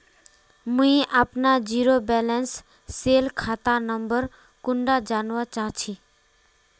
मुई अपना zero balance सेल खाता नंबर कुंडा जानवा चाहची?